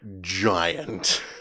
giant